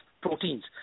proteins